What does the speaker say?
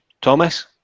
Thomas